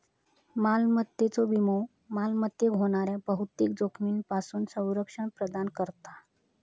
मालमत्तेचो विमो मालमत्तेक होणाऱ्या बहुतेक जोखमींपासून संरक्षण प्रदान करता